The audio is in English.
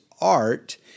art